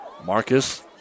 Marcus